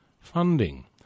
funding